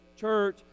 church